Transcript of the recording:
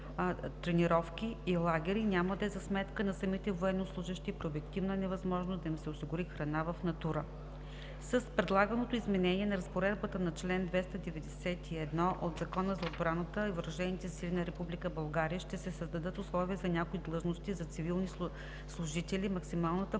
тренировки и лагери няма да е за сметка на самите военнослужещи при обективна невъзможност да им се осигури храна в натура. С предлаганото изменение на разпоредбата на чл. 291 от Закона за отбраната и въоръжените сили на Република България ще се създадат условия за някои длъжности за цивилни служители максималната